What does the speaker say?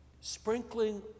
Sprinkling